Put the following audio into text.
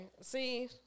see